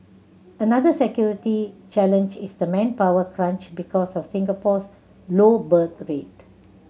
another security challenge is the manpower crunch because of Singapore's low birth rate